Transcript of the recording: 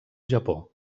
japó